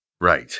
right